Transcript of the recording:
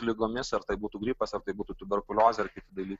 ligomis ar tai būtų gripas ar tai būtų tuberkuliozė ar kiti dalykai